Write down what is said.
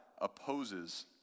opposes